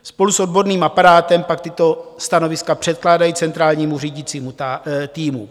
Spolu s odborným aparátem pak tato stanoviska předkládají centrálnímu řídícímu týmu.